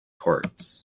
courts